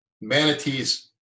manatees